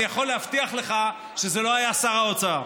אני יכול להבטיח לך שזה לא היה שר האוצר.